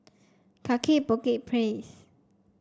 Kaki Bukit Place